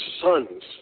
sons